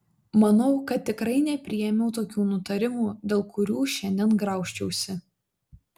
manau kad tikrai nepriėmiau tokių nutarimų dėl kurių šiandien graužčiausi